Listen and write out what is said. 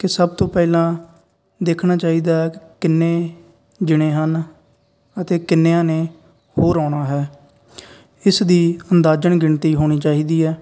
ਕਿ ਸਭ ਤੋਂ ਪਹਿਲਾਂ ਦੇਖਣਾ ਚਾਹੀਦਾ ਹੈ ਕਿੰਨੇ ਜਣੇ ਹਨ ਅਤੇ ਕਿੰਨਿਆਂ ਨੇ ਹੋਰ ਆਉਣਾ ਹੈ ਇਸ ਦੀ ਅੰਦਾਜ਼ਨ ਗਿਣਤੀ ਹੋਣੀ ਚਾਹੀਦੀ ਹੈ